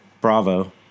Bravo